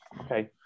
Okay